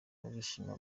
barishima